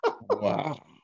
Wow